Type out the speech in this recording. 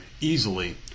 easily